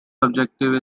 objective